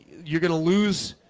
you're gonna lose